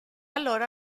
allora